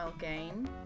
game